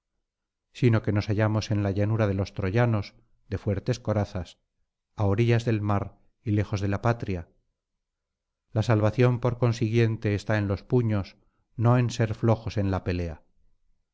sino que nos hallamos en la llanura de los troyanos de fuertes corazas á orillas del mar y lejos de la patria la salvación por consiguiente está en los puños no en ser flojos en la pelea